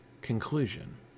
conclusion